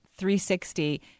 360